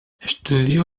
estudió